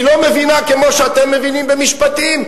היא לא מבינה כמו שאתם מבינים במשפטים?